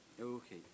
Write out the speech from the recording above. Okay